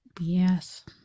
Yes